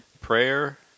Prayer